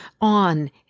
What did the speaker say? on